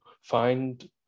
find